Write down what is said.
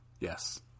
Yes